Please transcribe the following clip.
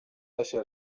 deixar